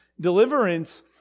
deliverance